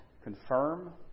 confirm